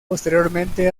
posteriormente